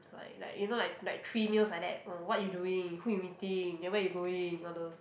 like like you know like like three meals like that oh what you doing who you meeting then where you going all those